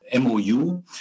MOU